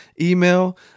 email